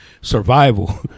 survival